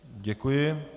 Děkuji.